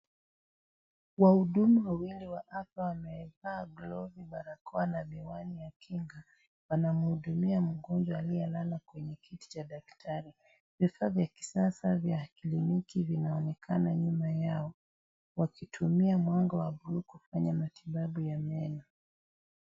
Wahudumu wawili wa afya wavaa glovu, barakoa, na miwani ya kinga. Wanamhudumia mgonjwa aliyelala kwenye kiti cha daktari. Vifaa vya kisasa vya kliniki vinaonekana nyuma yao, wakitumia mwanga wa buluu kufanya matibabu ya meno.